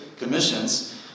commissions